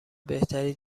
بهتری